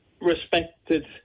respected